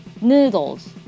noodles